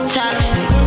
toxic